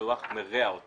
אלא הוא אף מרע אותו